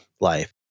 life